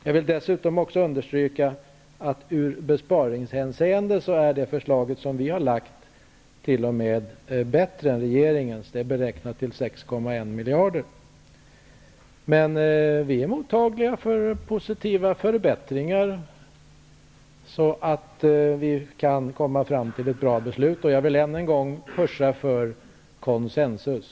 Jag vill dessutom understryka att det förslag som vi har lagt fram ur besparingshänseende t.o.m. är bättre än regeringens. Det är beräknat till 6,1 Vi är mottagliga för positiva förändringar, så att vi kan komma fram till ett bra beslut. Jag vill än en gång ''pusha'' för konsensus.